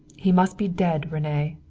he must be dead, rene,